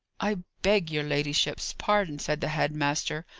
i beg your ladyship's pardon, said the head-master.